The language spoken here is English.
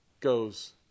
goes